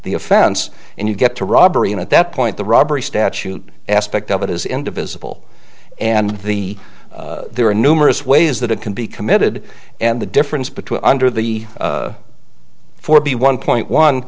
the offense and you get to robbery and at that point the robbery statute aspect of it is indivisible and the there are numerous ways that it can be committed and the difference between under the four be one point one